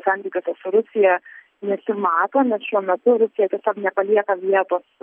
santykiuose su rusija nesimato nes šiuo metu rusija tiesiog nepalieka vietos